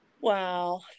wow